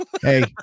hey